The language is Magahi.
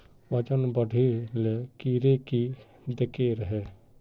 वजन बढे ले कीड़े की देके रहे?